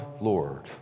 Lord